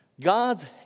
God's